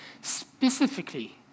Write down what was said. specifically